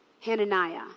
Hananiah